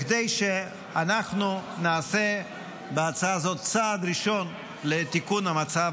כדי שאנחנו נעשה בהצעה הזו צעד ראשון לתיקון המצב